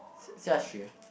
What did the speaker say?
Xiaxue